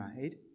made